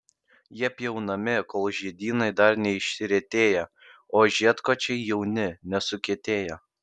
jie pjaunami kol žiedynai dar neišretėję o žiedkočiai jauni nesukietėję